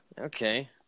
Okay